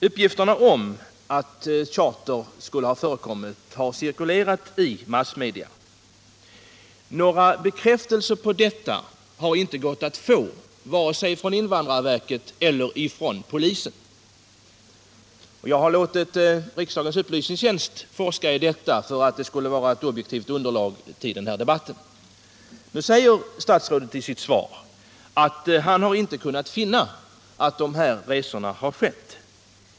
Uppgifterna om att charterresor skulle ha förekommit har cirkulerat i massmedia. Några bekräftelser på detta har inte gått att få vare sig från invandrarverket eller från polisen. Jag har låtit riksdagens upplysningstjänst forska i detta för att få ett objektivt underlag till denna debatt. Nu säger statsrådet i sitt svar att han inte kunnat finna något belägg för påståendena att de här resorna har sket.